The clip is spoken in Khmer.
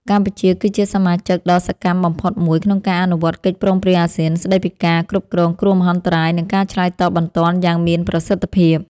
កម្ពុជាគឺជាសមាជិកដ៏សកម្មបំផុតមួយក្នុងការអនុវត្តកិច្ចព្រមព្រៀងអាស៊ានស្តីពីការគ្រប់គ្រងគ្រោះមហន្តរាយ និងការឆ្លើយតបបន្ទាន់យ៉ាងមានប្រសិទ្ធភាព។